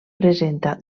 presenta